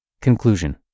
Conclusion